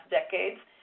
decades